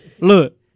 Look